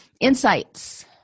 insights